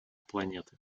планеты